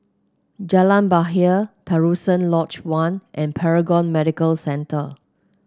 Jalan Bahagia Terusan Lodge One and Paragon Medical Centre